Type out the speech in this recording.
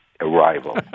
arrival